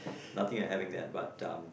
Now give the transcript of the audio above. nothing I'm having there but um